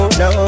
no